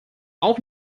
auch